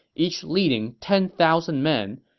each leading ten thousand men,